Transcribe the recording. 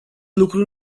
lucru